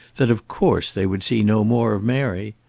that of course they would see no more of mary.